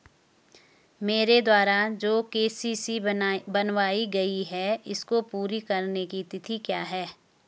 मेरे द्वारा जो के.सी.सी बनवायी गयी है इसको पूरी करने की तिथि क्या है?